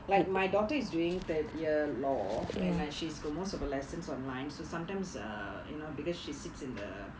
like my daughter is doing third year law and right she's got most of her lessons online so sometimes err you know because she sits in the sitting room and